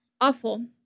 Awful